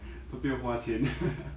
都有不用花钱